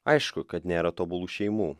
aišku kad nėra tobulų šeimų